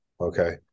okay